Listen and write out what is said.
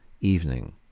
Evening